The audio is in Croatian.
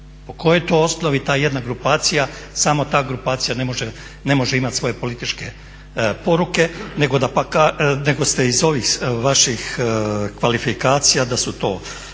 Po kojoj to osnovi ta jedna grupacija, samo ta grupacija ne može imati svoje političke poruke nego ste iz ovih vaših kvalifikacija da to